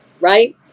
Right